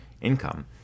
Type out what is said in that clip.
income